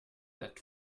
that